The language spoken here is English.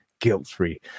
guilt-free